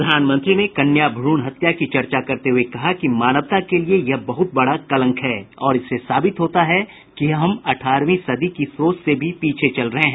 प्रधानमंत्री ने कन्या भ्रूण हत्या की चर्चा करते हुए कहा कि मानवता के लिये यह बहुत बड़ा कलंक है और इससे साबित होता है कि हम अठारहवीं सदी की सोच से भी पीछे चल रहे हैं